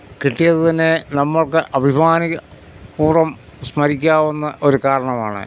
കിട്ടിയത് തന്നെ നമ്മുക്ക് അഭിമാനിക പൂർവ്വം സ്മരിക്കാവുന്ന ഒരു കാരണമാണ്